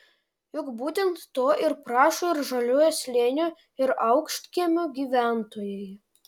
juk būtent to ir prašo ir žaliojo slėnio ir aukštkiemių gyventojai